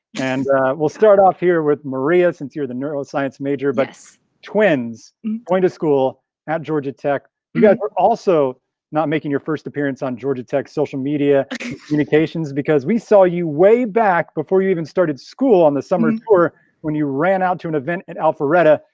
and we'll start off here with maria since you're the neuroscience major, but yes. but twins point of school at georgia tech, you guys are also not making your first appearance on georgia tech, social media communications because we saw you way back before you even started school on the summer tour when you ran out to an event at alpharetta.